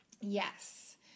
Yes